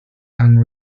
and